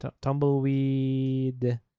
Tumbleweed